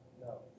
No